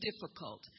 difficult